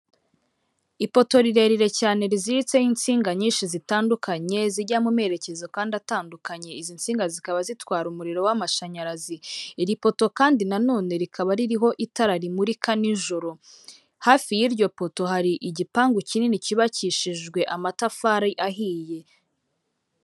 Ipoto rirerire cyane riziritseho insinga nyinshi zitandukanye, zijya mu merekezo kandi atandukanye. Izi nsinga zikaba zitwara umuriro w'amashanyarazi. Iri poto kandi nanone rikaba ririho itara rimurika nijoro. Hafi y'iryo poto hari igipangu kinini cyubakishijwe amatafari ahiye.